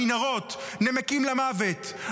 במנהרות, נמקים, למוות.